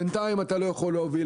בינתיים אתה לא יכול להוביל,